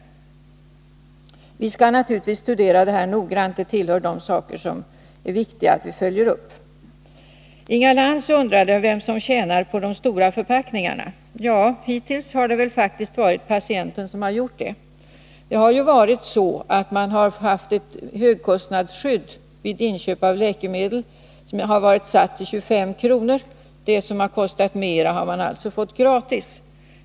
Vi skall naturligtvis studera frågan noggrant, eftersom det här tillhör de saker som det är viktigt att följa upp. Inga Lantz undrade vem som tjänar på de stora förpackningarna. Ja, hittills är det väl faktiskt patienten som gjort det. Det har ju funnits ett högkostnadsskydd vid inköp av läkemedel. Gränsen var satt till 25 kr. Vad som kostade mer fick man alltså gratis.